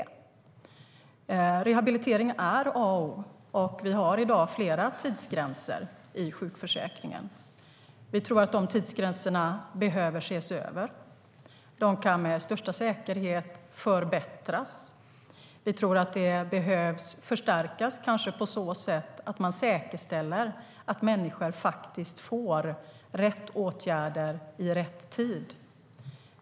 Rehabilitering är A och O, och vi har i dag flera tidsgränser i sjukförsäkringen. Vi tror att de tidsgränserna behöver ses över; de kan med största säkerhet förbättras. Vi tror att de behöver förstärkas, kanske på så sätt att man säkerställer att människor faktiskt får rätt åtgärder i rätt tid.